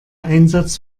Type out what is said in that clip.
einsatz